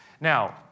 Now